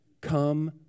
come